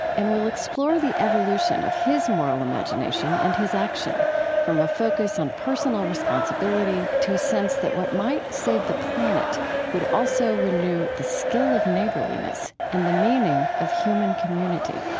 and we'll explore the evolution of his moral imagination and his action from a focus on personal responsibility to a sense that what might save the planet would also renew the skill of neighborliness and the meaning of human community